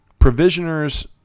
provisioners